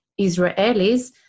Israelis